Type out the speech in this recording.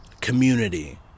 community